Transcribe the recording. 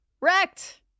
Wrecked